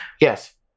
Yes